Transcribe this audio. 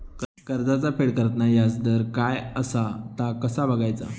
कर्जाचा फेड करताना याजदर काय असा ता कसा बगायचा?